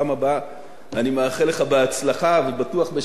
אני מאחל לך בהצלחה, ובטוח בשם כל חברי הכנסת,